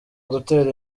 gutera